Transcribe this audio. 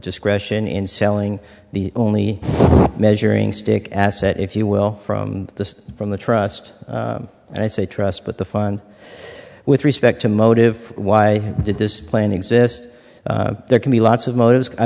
discretion in selling the only measuring stick asset if you will from the from the trust and i say trust but the fun with respect to motive why did this plane exist there can be lots of motives i